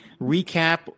recap